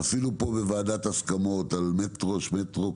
עשינו פה ועדת הסכמות על מטרו, שמטרו.